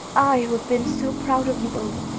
i who have been so proud of you both,